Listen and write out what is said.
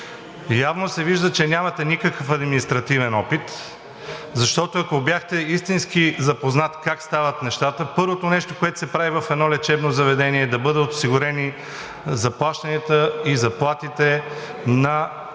Явно се вижда, че нямате никакъв административен опит, защото, ако бяхте истински запознат как стават нещата… Първото нещо, което се прави в едно лечебно заведение, е да бъдат осигурени заплащанията и заплатите, първо,